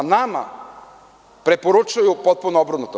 Nama preporučuju potpuno obrnutu.